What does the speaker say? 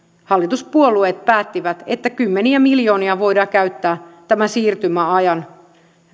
hallituspuolueet päättivät että kymmeniä miljoonia voidaan käyttää tämän siirtymäajan